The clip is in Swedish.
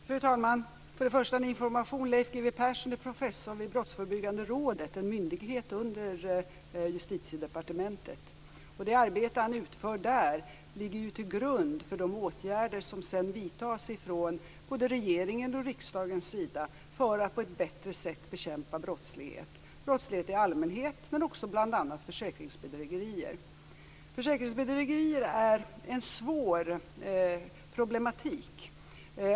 Fru talman! Till att börja med en information: Leif G W Persson är professor vid Brottsförebyggande rådet, en myndighet under Justitiedepartementet. Det arbete som han utför där ligger till grund för de åtgärder som sedan vidtas av både regeringen och riksdagen för att på ett bättre sätt bekämpa brottslighet - brottslighet i allmänhet, men också bl.a. försäkringsbedrägerier. Försäkringsbedrägerier är en svår problematik.